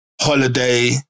holiday